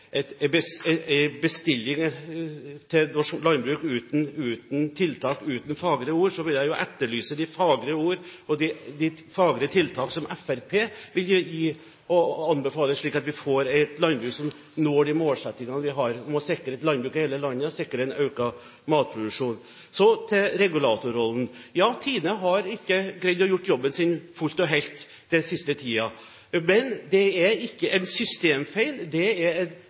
til norsk landbruk uten tiltak, men med fagre ord, vil jeg etterlyse både fagre ord og fagre tiltak fra Fremskrittspartiet, slik at vi får et landbruk som når de målsettingene vi har om å sikre landbruk i hele landet og sikre økt matproduksjon. Så til regulatorrollen: Ja, TINE har ikke greid å gjøre jobben sin fullt og helt den siste tiden. Men det er ikke en systemfeil, det er